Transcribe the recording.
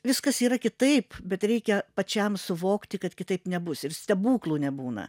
viskas yra kitaip bet reikia pačiam suvokti kad kitaip nebus ir stebuklų nebūna